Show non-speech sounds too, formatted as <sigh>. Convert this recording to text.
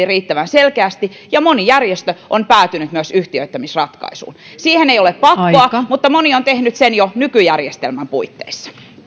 <unintelligible> riittävän selkeästi ja moni järjestö on päätynyt myös yhtiöittämisratkaisuun siihen ei ole pakkoa mutta moni on tehnyt sen jo nykyjärjestelmän puitteissa